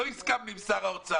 לא הסכמנו עם שר האוצר.